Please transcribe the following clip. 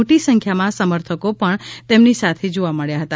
મોટી સંખ્યામાં સમર્થકો પણ તેમની સાથે જોવા મળ્યા હતા